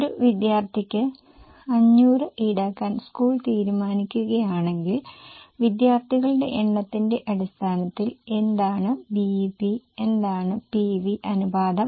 ഒരു വിദ്യാർത്ഥിക്ക് 500 ഈടാക്കാൻ സ്കൂൾ തീരുമാനിക്കുകയാണെങ്കിൽ വിദ്യാർത്ഥികളുടെ എണ്ണത്തിന്റെ അടിസ്ഥാനത്തിൽ എന്താണ് BEP എന്താണ് PV അനുപാതം